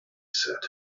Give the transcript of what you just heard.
said